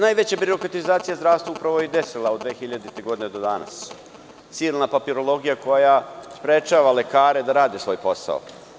Najveća birokratizacija zdravstva upravo se i desila od 2000. godine do danas, silna papirologija koja sprečava lekare da rade svoj posao.